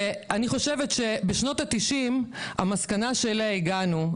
אני חושבת שבשנות ה-90' המסקנה שאליה הגענו,